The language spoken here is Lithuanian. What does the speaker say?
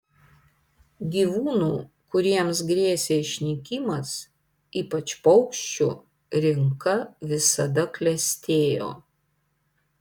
gyvūnų kuriems grėsė išnykimas ypač paukščių rinka visada klestėjo